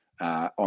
on